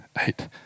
eight